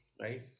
right